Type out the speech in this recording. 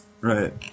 right